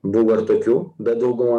buvo ir tokių bet dauguma